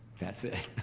that's it.